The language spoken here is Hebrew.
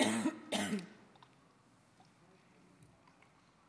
איך נתמודד עם זה?